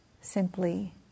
simply